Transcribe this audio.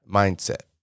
mindset